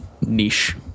niche